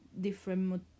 different